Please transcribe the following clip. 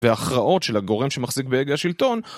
והכרעות של הגורם שמחזיק בהגה השלטון